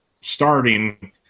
starting –